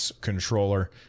controller